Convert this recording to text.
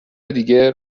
دیگه